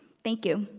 thank you.